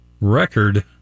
record